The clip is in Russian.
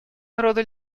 народу